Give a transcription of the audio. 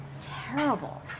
terrible